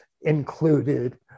included